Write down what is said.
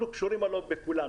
אנחנו קשורים בכולם.